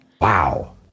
Wow